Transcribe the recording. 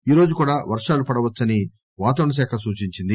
ఈ రోజు కూడా వర్షాలు పడవచ్చని ని వాతావరణ శాఖ సూచించింది